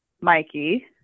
Mikey